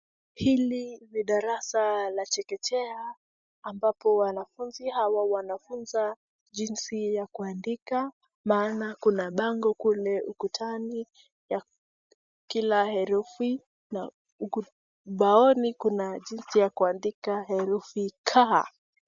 Hili ni darasa la chekea ambapo wanafunzi hawa wanafunzwa jinsi ya kuandika maana kuna bango kule ukutani ya kila herufi, na ubaoni kuna jinsi ya kuandika herufi ka.